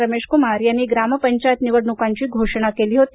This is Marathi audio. रमेश कुमार यांनी ग्रामपंचायत निवडणुकांची घोषणा केली होती